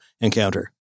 encounter